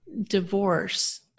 divorce